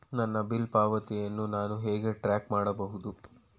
ನನ್ನ ಬಿಲ್ ಪಾವತಿಯನ್ನು ನಾನು ಹೇಗೆ ಟ್ರ್ಯಾಕ್ ಮಾಡಬಹುದು?